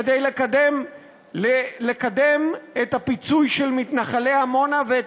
כדי לקדם את הפיצוי של מתנחלי עמונה ואת